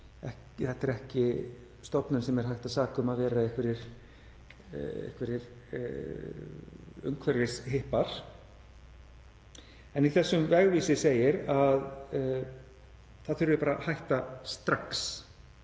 þetta er ekki stofnun sem er hægt að saka um að vera einhverjir umhverfishippar, en í þessum vegvísi segir að það þurfi bara að hætta strax